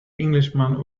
englishman